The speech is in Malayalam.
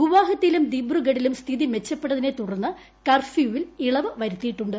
ഗുവഹാത്തിയിലും ദിബ്രുഗഡിലും സ്ഥിതി മെച്ചപ്പെട്ടതിനെ തുടർന്ന് കർഫ്യൂവിൽ ഇളവ് വരുത്തിയിട്ടുണ്ട്